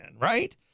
right